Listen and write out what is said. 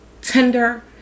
tinder